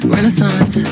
Renaissance